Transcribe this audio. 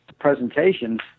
presentations